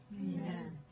Amen